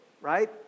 right